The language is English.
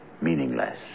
meaningless